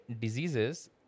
diseases